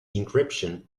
encryption